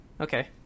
Okay